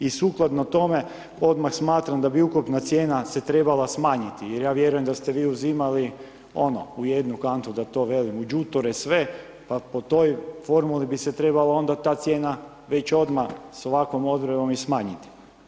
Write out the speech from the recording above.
I sukladno tome, odmah smatram da bi ukupna cijena se trebala smanjiti jer ja vjerujem da ste vi uzimali ono, u jednu kantu, da to velim, u đuture sve pa po toj formuli bi se trebala onda ta cijena već odmah s ovakvom o otpremom i smanjiti.